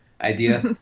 idea